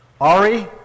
Ari